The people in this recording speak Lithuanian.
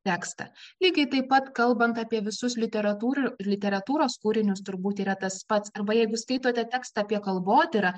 tekstą lygiai taip pat kalbant apie visus literatūr literatūros kūrinius turbūt yra tas pats arba jeigu skaitote tekstą apie kalbotyrą